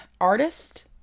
artist